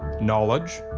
knowledge,